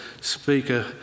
speaker